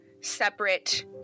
separate